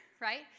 right